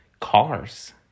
cars